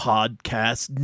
Podcast